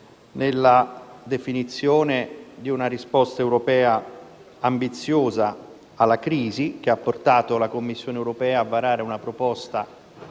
nella definizione di una risposta europea ambiziosa alla crisi, che ha portato la Commissione europea a varare una proposta